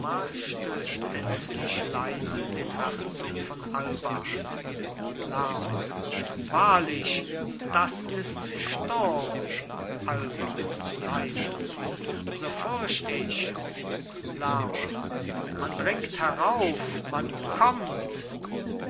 stößt endlich leise den herzog von alba an lerma wahrlich das ist sturm alba leise so fürcht ich lerma man dringt herauf man kommt